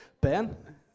Ben